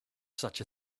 such